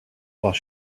while